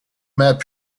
map